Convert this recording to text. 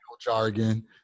jargon